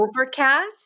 overcast